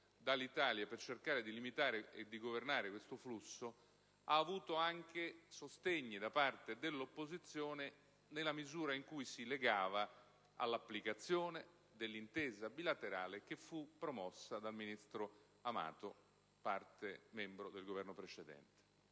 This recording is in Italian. dall'Italia per cercare di limitare e di governare questo flusso ha avuto anche sostegni da parte dell'opposizione nella misura in cui si legava all'applicazione dell'intesa bilaterale che fu promossa dal ministro Amato, membro del Governo precedente,